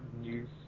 news